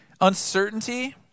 Uncertainty